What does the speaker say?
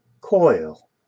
Coil